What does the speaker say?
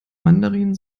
mandarin